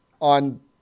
on